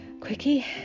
quickie